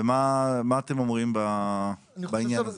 ומה אתם אומרים בעניין הזה?